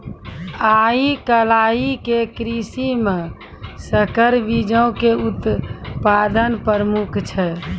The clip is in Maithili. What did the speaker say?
आइ काल्हि के कृषि मे संकर बीजो के उत्पादन प्रमुख छै